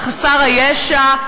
את חסר הישע,